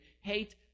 hate